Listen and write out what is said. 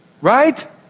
Right